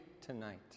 tonight